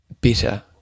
better